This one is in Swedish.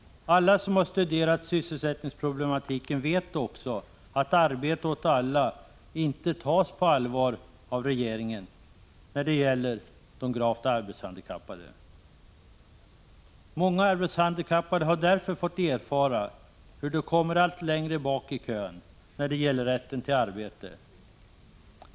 Alla som studerat sysselsättningsproblematiken vet också att ”arbete åt alla” inte tas på allvar av regeringen när det gäller de gravt arbetshandikappade. Många arbetshandikappade har därför fått erfara hur de kommer allt längre bak i kön när det gäller rätten till arbete.